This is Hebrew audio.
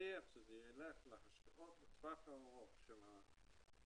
להבטיח שזה ילך גם לטווח האורך לילדים